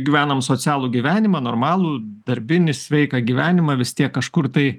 gyvenam socialų gyvenimą normalų darbinį sveiką gyvenimą vis tiek kažkur tai